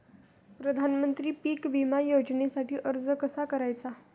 प्रधानमंत्री पीक विमा योजनेसाठी अर्ज कसा करायचा?